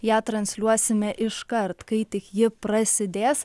ją transliuosime iškart kai tik ji prasidės